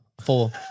Four